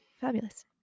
fabulous